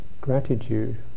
gratitude